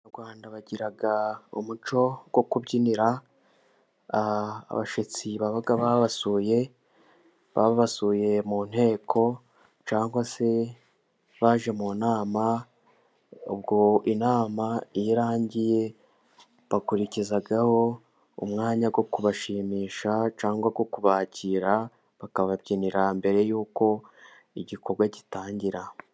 Mu Rwanda bagira umuco wo kubyinira abashyitsi, baba babasuye , babasuye mu nteko cyangwa se baje mu nama, ubwo inama iyo irangiye bakurikizaho umwanya wo kubashimisha, cyangwa kubakira bakababyinira mbere y'uko igikorwa gitangira.